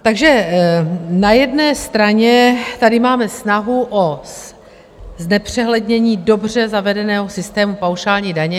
Takže na jedné straně tady máme snahu o znepřehlednění dobře zavedeného systému paušální daně.